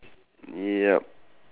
yup